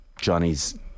Johnny's